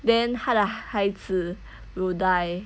then 她的孩子 will die